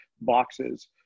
boxes